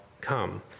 come